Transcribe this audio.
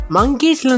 Monkeys